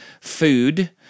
food